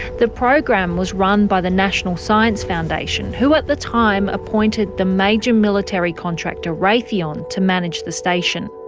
the program was run by the national science foundation, who at the time appointed the major military contractor raytheon to manage the station.